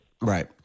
Right